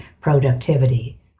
productivity